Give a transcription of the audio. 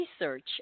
research